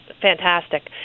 fantastic